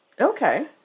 Okay